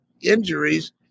injuries